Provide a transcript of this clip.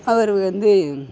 அவர் வந்து